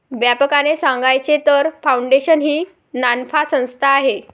व्यापकपणे सांगायचे तर, फाउंडेशन ही नानफा संस्था आहे